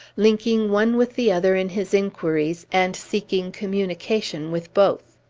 linking one with the other in his inquiries, and seeking communication with both.